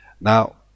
Now